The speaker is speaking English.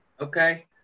Okay